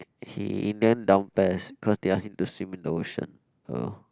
he in the end down pes cause they ask him to swim in the ocean so